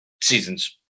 seasons